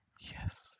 Yes